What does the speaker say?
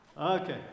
Okay